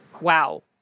Wow